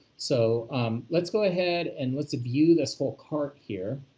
so let's go ahead and let's view this whole cart here.